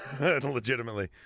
legitimately